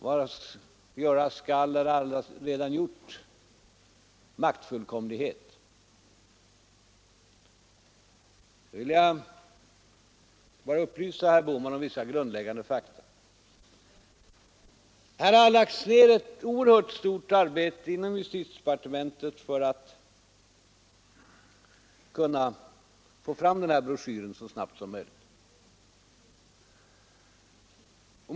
Vad göras skall är allaredan gjort — maktfullkomlighet. Jag vill bara upplysa herr Bohman om vissa grundläggande fakta. Det har lagts ned ett oerhört hårt arbete inom justitiedepartementet för att få fram broschyren så snabbt som möjligt.